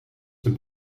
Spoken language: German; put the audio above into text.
zum